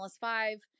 five